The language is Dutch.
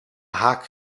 haak